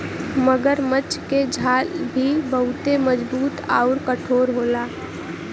मगरमच्छ के छाल भी बहुते मजबूत आउर कठोर होला